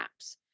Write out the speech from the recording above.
apps